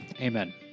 Amen